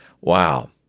Wow